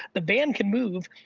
the van can move.